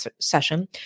session